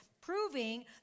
proving